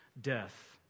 death